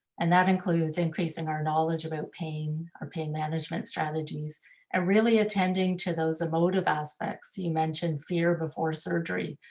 and that includes increasing our knowledge about pain or pain management strategies and really attending to those emotive aspects, you mentioned fear before surgery,